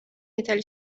metal